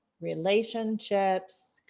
relationships